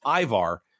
Ivar